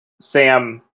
Sam